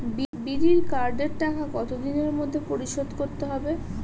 বিড়ির কার্ডের টাকা কত দিনের মধ্যে পরিশোধ করতে হবে?